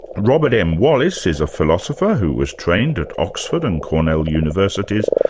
robert m. wallace is a philosopher who was trained at oxford and cornell universities,